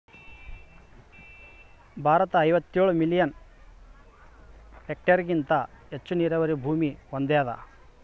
ಭಾರತ ಐವತ್ತೇಳು ಮಿಲಿಯನ್ ಹೆಕ್ಟೇರ್ಹೆಗಿಂತ ಹೆಚ್ಚು ನೀರಾವರಿ ಭೂಮಿ ಹೊಂದ್ಯಾದ